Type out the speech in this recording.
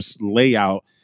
layout